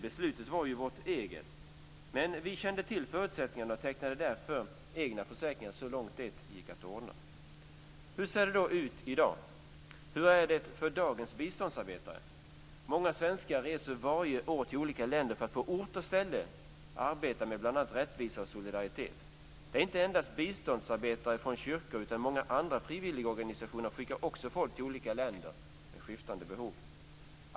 Beslutet var ju vårt eget. Men vi kände till förutsättningarna och tecknade därför egna försäkringar så långt som det gick att ordna. Hur ser det då ut i dag? Hur är det för dagens biståndsarbetare? Många svenskar reser varje år till olika länder för att på ort och ställe arbeta med bl.a. rättvisa och solidaritet. Det är inte endast biståndsarbetare från kyrkor, utan många andra frivilligorganisationer skickar också folk till olika länder med skiftande behov.